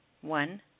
one